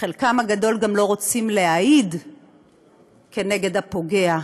חלקם הגדול גם לא רוצים להעיד נגד הפוגע,